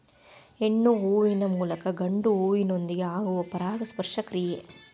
ಹೆಣ್ಣು ಹೂವಿನ ಮೂಲಕ ಗಂಡು ಹೂವಿನೊಂದಿಗೆ ಆಗುವ ಪರಾಗಸ್ಪರ್ಶ ಕ್ರಿಯೆ